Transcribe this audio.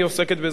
היא עוסקת בזה.